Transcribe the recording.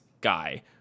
guy